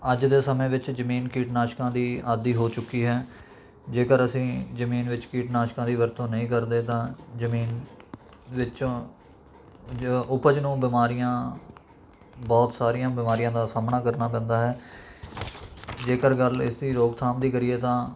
ਅੱਜ ਦੇ ਸਮੇਂ ਵਿੱਚ ਜ਼ਮੀਨ ਕੀਟਨਾਸ਼ਕਾਂ ਦੀ ਆਦੀ ਹੋ ਚੁੱਕੀ ਹੈ ਜੇਕਰ ਅਸੀਂ ਜ਼ਮੀਨ ਵਿੱਚ ਕੀਟਨਾਸ਼ਕਾਂ ਦੀ ਵਰਤੋਂ ਨਹੀਂ ਕਰਦੇ ਤਾਂ ਜ਼ਮੀਨ ਵਿੱਚੋਂ ਜੋ ਉਪਜ ਨੂੰ ਬਿਮਾਰੀਆਂ ਬਹੁਤ ਸਾਰੀਆਂ ਬਿਮਾਰੀਆਂ ਦਾ ਸਾਹਮਣਾ ਕਰਨਾ ਪੈਂਦਾ ਹੈ ਜੇਕਰ ਗੱਲ ਇਸਦੀ ਰੋਕਥਾਮ ਦੀ ਕਰੀਏ ਤਾਂ